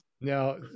Now